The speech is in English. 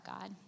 God